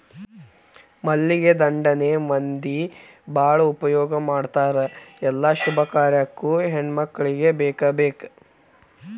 ಮಲ್ಲಿಗೆ ದಂಡೆನ ಮಂದಿ ಬಾಳ ಉಪಯೋಗ ಮಾಡತಾರ ಎಲ್ಲಾ ಶುಭ ಕಾರ್ಯಕ್ಕು ಹೆಣ್ಮಕ್ಕಳಿಗೆ ಬೇಕಬೇಕ